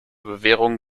bewährung